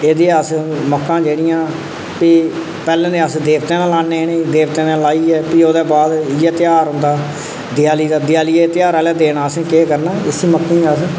ऐह्दी अस मक्कां जेह्डियां भी पैह्लें ते अस देवते दे लान्ने आं इ'नें ई देवतें दे लाइयै भी ओह्दे बाद इ'यै तेहार औंदा देआली दा देआली दे तेहार आह्ले दिन असें केह् करना उसी मक्कें ई अस